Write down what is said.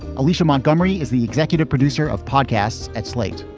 alicia montgomery is the executive producer of podcasts at slate.